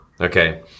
okay